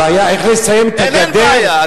הבעיה היא איך לסיים את הגדר אין, אין בעיה.